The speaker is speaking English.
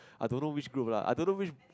I don't know which group lah I don't know which